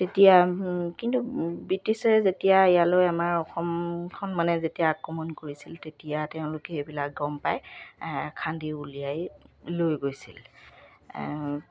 তেতিয়া কিন্তু ব্ৰিটিছে যেতিয়া ইয়ালৈ আমাৰ অসমখন মানে যেতিয়া আক্ৰমণ কৰিছিল তেতিয়া তেওঁলোকে সেইবিলাক গম পাই খান্দি উলিয়াই লৈ গৈছিল